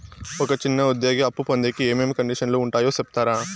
ఒక చిన్న ఉద్యోగి అప్పు పొందేకి ఏమేమి కండిషన్లు ఉంటాయో సెప్తారా?